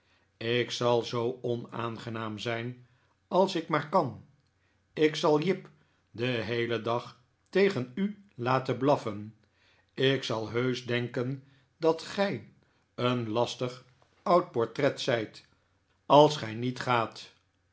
ik zal zoo onaangenaam zijn als ik maar kan ik zal jip den heelen dag tegen u laten blaffen ik zal heusch denken dat gij een lasfig oud portret zijt als gij niet gaat